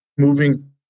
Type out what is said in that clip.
Moving